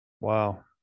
wow